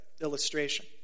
illustration